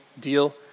deal